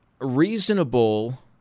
reasonable